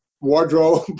wardrobe